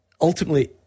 ultimately